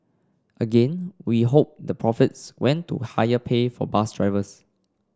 again we hope the profits went to higher pay for bus drivers